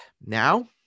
now